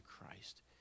Christ